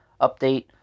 update